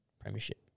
premiership